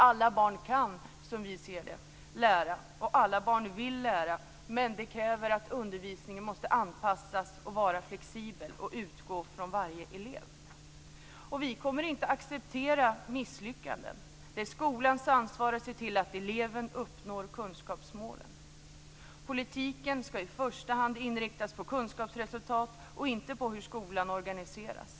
Alla barn kan lära, som vi ser det, och alla barn vill lära, men det kräver att undervisningen anpassas, är flexibel och utgår från varje elev. Vi kommer inte att acceptera misslyckanden. Det är skolans ansvar att se till att eleven uppnår kunskapsmålen. Politiken skall i första hand inriktas på kunskapsresultat, och inte på hur skolan organiseras.